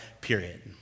period